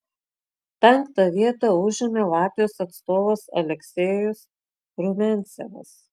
penktą vietą užėmė latvijos atstovas aleksejus rumiancevas